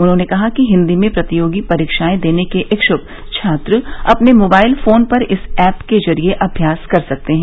उन्होंने कहा कि हिन्दी में प्रतियोगी परीक्षाएं देने के इच्छुक छात्र अपने मोबाइल फोन पर इस ऐप के जरिये अभ्यास कर सकते हैं